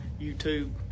YouTube